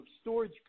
storage